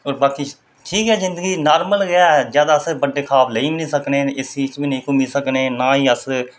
और बाकी ठीक ऐ जिंदगी नार्मल गै ऐ जैदा अस बड्डे खाब लेईं निं सकनें एसी च न घूमी सकने न